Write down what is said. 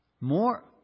More